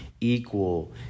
equal